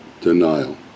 denial